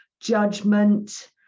judgment